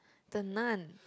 the Nun